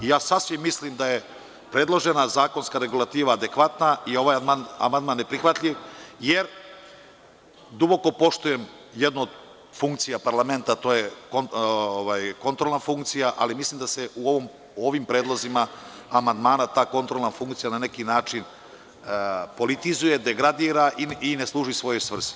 Ja sasvim mislim da je predložena zakonska regulativa adekvatna i ovaj amandman neprihvatljiv, jer duboko poštujem jednu od funkcija parlamenta, a to je kontrolna funkcija, ali mislim da se u ovim predlozima amandmana ta kontrolna funkcija na neki način politizuje, degradira i ne služi svojoj svrsi.